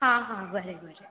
हां हां बरें बरें